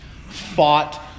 fought